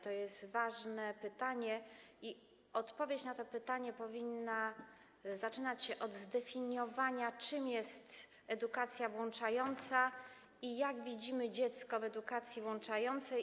To jest ważne pytanie i odpowiedź na to pytanie powinna zaczynać się od zdefiniowania, czym jest edukacja włączająca i jak widzimy dziecko w edukacji włączającej.